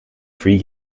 free